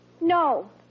No